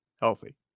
healthy